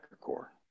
core